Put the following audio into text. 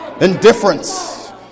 Indifference